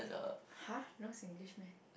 [huh] no Singlish meh